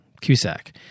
cusack